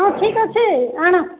ହଁ ଠିକ୍ ଅଛି ଆଣ